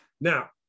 Now